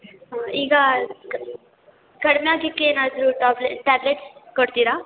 ಹಾಂ ಈಗ ಕಡ್ಮೆ ಆಗಿಕ್ ಏನಾದರು ಟಾಬ್ಲೆ ಟ್ಯಾಬ್ಲೆಟ್ ಕೊಡ್ತೀರಾ